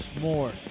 more